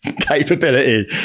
capability